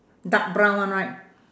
dark brown one right